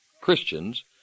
Christians